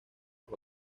los